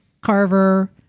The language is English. carver